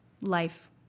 life